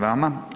vama.